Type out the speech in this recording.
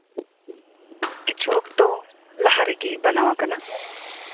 ᱠᱤᱪᱷᱩ ᱚᱠᱛᱚ ᱞᱟᱦᱟ ᱨᱮᱜᱮ ᱵᱮᱱᱟᱣᱟᱠᱟᱱᱟ